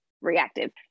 reactive